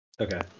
Okay